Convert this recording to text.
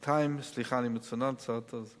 סליחה, אני מצונן קצת, אז